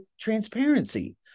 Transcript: transparency